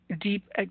deep